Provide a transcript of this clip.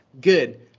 Good